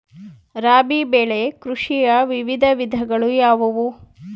ರಾಬಿ ಬೆಳೆ ಕೃಷಿಯ ವಿವಿಧ ವಿಧಗಳು ಯಾವುವು?